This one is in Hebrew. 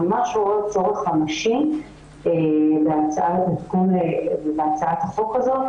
ממש רואים צורך ממשי להצעת החוק הזאת.